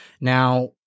Now